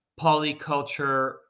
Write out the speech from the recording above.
polyculture